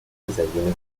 universally